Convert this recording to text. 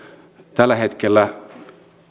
tällä hetkellä